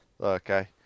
Okay